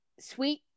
sweet